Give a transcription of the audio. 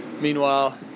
Meanwhile